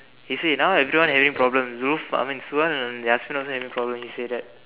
he say now everyone having problem Zul I mean Safwan and Aswan also having problem he say that